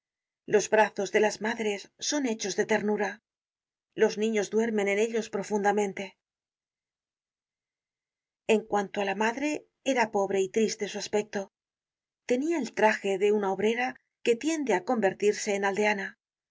los brazos de las madres son hechos de ternura los niños duermen en ellos profundamente en cuanto á la madre era pobre y triste su aspecto tenia el traje de una obrera que tiende á convertirse en aldeana era